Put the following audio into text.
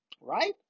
right